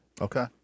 okay